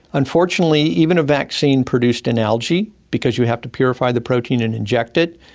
unfortunately even a vaccine produced in algae, because you have to purify the protein and inject it,